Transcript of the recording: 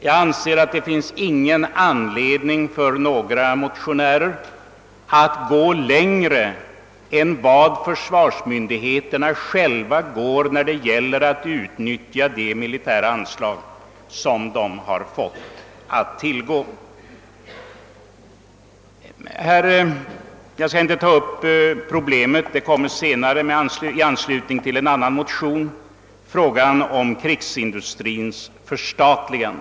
Jag anser att det inte finns någon anledning för några motionärer att gå längre än vad försvarsmyndigheterna själva gör när det gäller att utnyttja de militära anslag som de fått till sitt förfogande. Jag skall inte i detta sammanhang närmare gå in på frågan om krigsindustrins förstatligande, eftersom frågan kommer senare i anslutning till en annan motion.